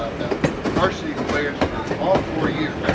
um varsity players for all four years,